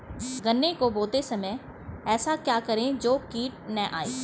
गन्ने को बोते समय ऐसा क्या करें जो कीट न आयें?